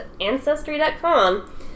ancestry.com